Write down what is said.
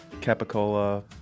capicola